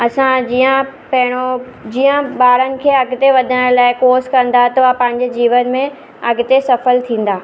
असां जीअं पहिरियों जीअं ॿारनि खे अॻिते वधण लाइ कोर्स कंदा त पंहिंजे जीवन में अॻिते सफ़ल थींदा